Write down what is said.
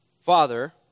Father